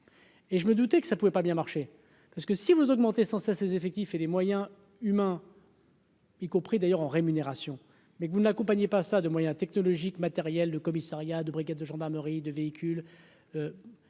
et je me doutais que ça pouvait pas bien marché parce que si vous augmentez ses effectifs et des moyens humains. Y compris d'ailleurs en rémunération, mais vous ne l'accompagnait pas ça de moyens technologiques matériel le commissariat de brigades de gendarmerie de véhicules